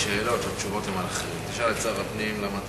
הנושא לוועדת הפנים והגנת